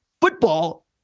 Football